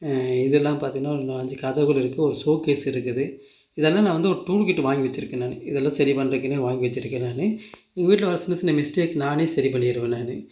இதெல்லாம் பார்த்தீங்கனா இன்னும் அஞ்சு கதவுகள் இருக்குது ஒரு ஷோகேஸ் இருக்குது இதெல்லாம் நான் வந்து ஒரு டூல் கிட்டு வாங்கி வச்சிருக்கேன் நான் இதெல்லாம் சரி பண்றதுக்குன்னே வாங்கி வச்சிருக்கேன் நான் எங்கள் வீட்டில் வர சின்னச் சின்ன மிஸ்டேக்ஸ் நானே சரி பண்ணிடுவேன் நான்